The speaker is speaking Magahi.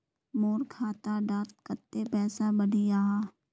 मोर खाता डात कत्ते पैसा बढ़ियाहा?